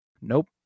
Nope